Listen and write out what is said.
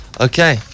Okay